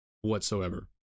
whatsoever